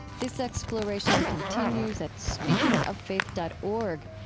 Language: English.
this exploration continues at speakingoffaith dot org.